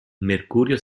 mercurio